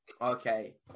Okay